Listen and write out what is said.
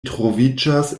troviĝas